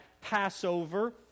Passover